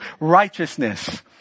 righteousness